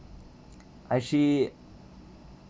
I actually